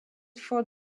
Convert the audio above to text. for